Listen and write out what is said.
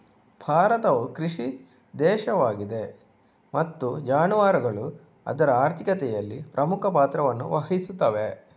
ಭಾರತವು ಕೃಷಿ ದೇಶವಾಗಿದೆ ಮತ್ತು ಜಾನುವಾರುಗಳು ಅದರ ಆರ್ಥಿಕತೆಯಲ್ಲಿ ಪ್ರಮುಖ ಪಾತ್ರವನ್ನು ವಹಿಸುತ್ತವೆ